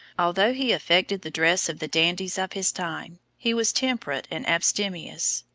although he affected the dress of the dandies of his time, he was temperate and abstemious.